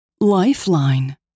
Lifeline